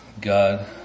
God